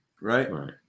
right